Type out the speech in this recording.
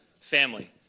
family